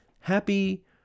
happy